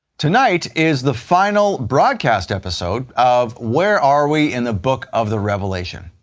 tonight is the final broadcast episode of where are we in the book of the revelation?